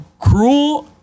Cruel